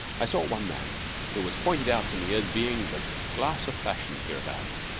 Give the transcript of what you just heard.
i saw one man who was pointed out to me as being the glass of fashion hereabouts.